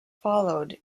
followed